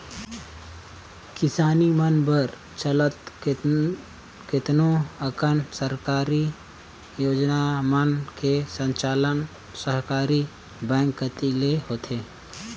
किसानी मन बर चलत केतनो अकन सरकारी योजना मन के संचालन सहकारी बेंक कति ले होथे